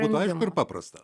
būtų aišku ir paprasta